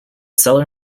seller